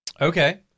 Okay